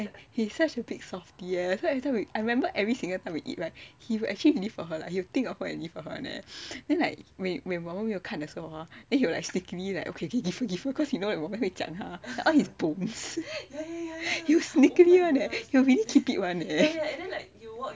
he's such a big softie eh I remember every single time we eat right he will actually leave for her like he will think of her and leave for her [one] eh then when 我们没有看的时候 hor then will like sneakily like give her cause he know that 我们会讲他 you sneakily [one] eh like he will really keep it [one] eh